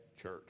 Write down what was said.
church